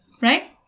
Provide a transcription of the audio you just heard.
Right